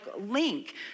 link